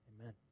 Amen